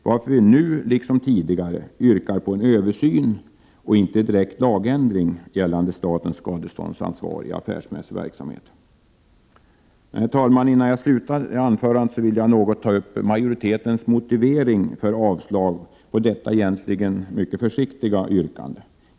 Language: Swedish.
Därför yrkar vi nu, liksom tidigare, på en översyn, och inte en direkt lagändring, av statens skadeståndsskyldighet i affärsmässig verksamhet. Herr talman! Innan jag slutar detta anförande vill jag något ta upp majoritetens motivering för avstyrkande av detta egentligen mycket försiktiga yrkande.